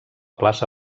plaça